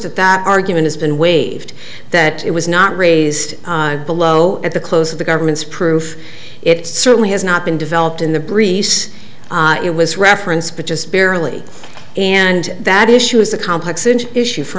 that that argument has been waived that it was not raised below at the close of the government's proof it certainly has not been developed in the breeze it was referenced but just barely and that issue is a complex an issue for